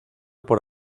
por